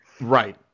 Right